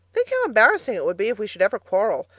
think how embarrassing it would be if we should ever quarrel!